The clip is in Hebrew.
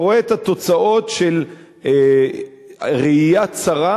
אתה רואה את התוצאות של ראייה צרה,